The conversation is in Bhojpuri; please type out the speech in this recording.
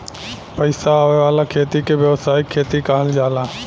पईसा आवे वाला खेती के व्यावसायिक खेती कहल जाला